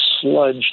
sludge